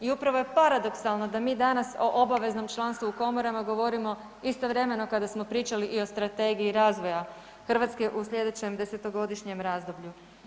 I upravo je paradoksalno da mi danas o obaveznom članstvu u komorama govorimo istovremeno kada smo pričali i o strategiji razvoja Hrvatske u sljedećem desetogodišnjem razdoblju.